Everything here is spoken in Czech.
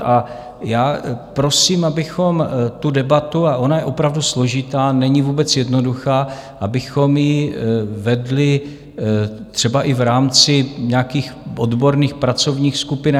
A prosím, abychom tu debatu a ona je opravdu složitá, není vůbec jednoduchá vedli třeba i v rámci nějakých odborných pracovních skupin.